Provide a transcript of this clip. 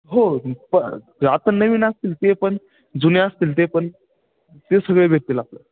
हो प आता नवीन असतील ते पण जुने असतील ते पण ते सगळे भेटतील आपलं